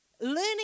learning